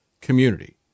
community